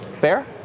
Fair